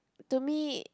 to me